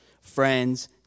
friends